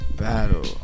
battle